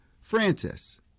Francis